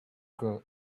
girl